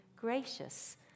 Gracious